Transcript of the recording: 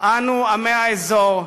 אנו, עמי האזור,